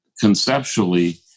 conceptually